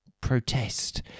protest